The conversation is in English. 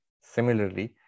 Similarly